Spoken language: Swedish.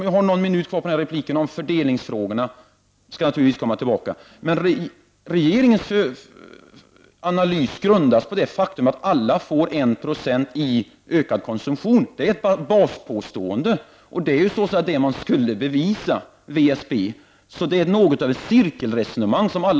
Jag skall komma tillbaka till fördelningsfrågorna, men jag vill nu säga att regeringens analys grundas på det faktum att alla får sin konsumtion ökad med 1 70. Det är ett av baspåståendena, det man skulle bevisa — VSB. Alla dessa analyser bygger på ett slags cirkelresonemang.